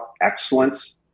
excellence